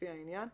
לפי העניין,